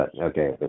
okay